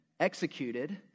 executed